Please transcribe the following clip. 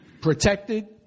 protected